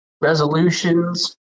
resolutions